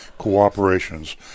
cooperations